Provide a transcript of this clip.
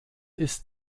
ist